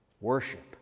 Worship